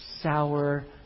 sour